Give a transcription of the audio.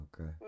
Okay